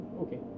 Okay